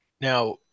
Now